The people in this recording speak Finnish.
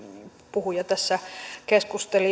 puhuja tässä keskusteli